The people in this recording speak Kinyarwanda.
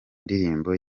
ndirimbo